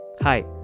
Hi